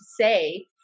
say